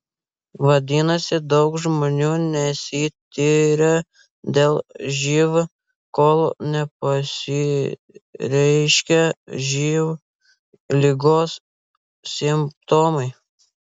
vadinasi daug žmonių nesitiria dėl živ kol nepasireiškia živ ligos simptomai